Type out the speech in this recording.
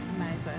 Amazing